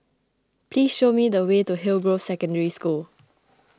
please show me the way to Hillgrove Secondary School